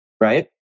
Right